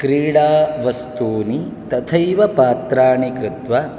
क्रीडावस्तूनि तथैव पात्राणि कृत्वा